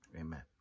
amen